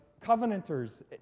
covenanters